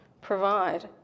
provide